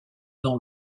dans